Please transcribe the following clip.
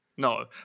No